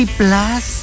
plus